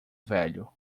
velho